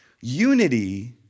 unity